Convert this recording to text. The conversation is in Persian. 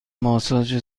ماساژ